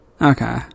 Okay